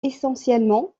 essentiellement